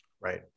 Right